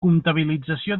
comptabilització